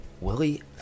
Willie